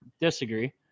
Disagree